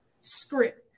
script